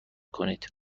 کنید